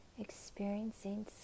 experiencing